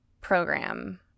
program